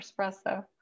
espresso